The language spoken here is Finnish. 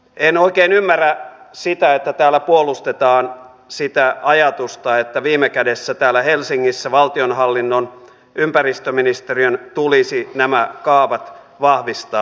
en oikein ymmärrä sitä että täällä puolustetaan sitä ajatusta että viime kädessä täällä helsingissä valtionhallinnon ympäristöministeriön tulisi nämä kaavat vahvistaa